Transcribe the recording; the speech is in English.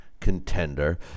contender